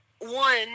one